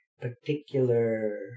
particular